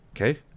Okay